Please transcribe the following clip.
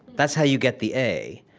that's how you get the a.